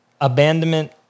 Abandonment